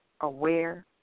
aware